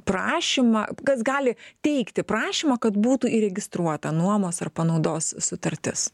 prašymą kas gali teikti prašymą kad būtų įregistruota nuomos ar panaudos sutartis